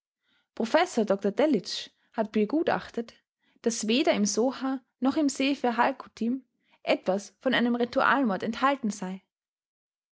professor dr delitzsch hat begutachtet daß weder im sohar noch im sefer halkutim etwas von einem ritualmorde enthalten sei